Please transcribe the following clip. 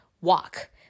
walk